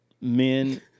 men